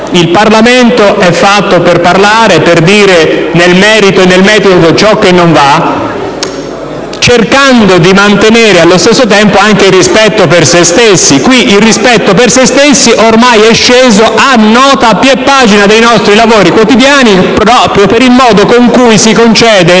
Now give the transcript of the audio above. il Parlamento è fatto per parlare e per dire ciò che non va , nel merito e nel metodo, va cercando di mantenere, allo stesso tempo, anche il rispetto per se stessi. Qui il rispetto per se stessi è sceso a nota a piè pagina dei nostri lavori quotidiani proprio per il modo con cui si concede, mi sia consentito,